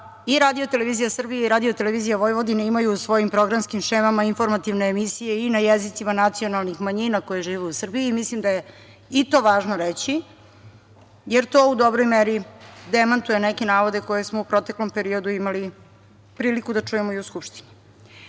ću naglasiti jeste da i RTS i RTV imaju u svojim programskim šemama informativne emisije i na jezicima nacionalnih manjina koje žive u Srbiji i mislim da je i to važno reći, jer to u dobro meri demantuje neke navode koje smo u proteklom periodu imali priliku da čujemo i u Skupštini. Da